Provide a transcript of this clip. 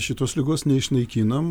šitos ligos neišnaikinam